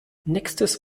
nächstes